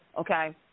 okay